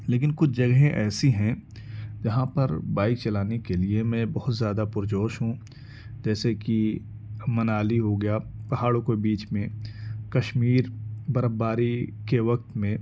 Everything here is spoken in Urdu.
لیکن کچھ جگہیں ایسی ہیں جہاں پر بائیک چلانے کے لیے میں بہت زیادہ پرجوش ہوں جیسے کہ منالی ہو گیا پہاڑوں کو بیچ میں کشمیر برف باری کے وقت میں